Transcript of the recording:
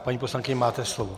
Paní poslankyně, máte slovo.